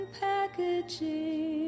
packaging